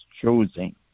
choosing